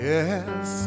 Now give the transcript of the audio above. Yes